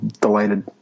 delighted